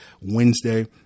Wednesday